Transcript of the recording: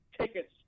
tickets